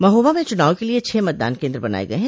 महोबा में चुनाव क लिए छह मतदान केन्द्र बनाये गये हैं